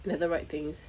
netherite things